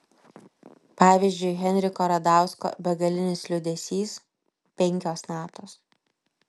pavyzdžiui henriko radausko begalinis liūdesys penkios natos